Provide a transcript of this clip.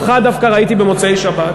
אותך דווקא ראיתי במוצאי-שבת,